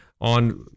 on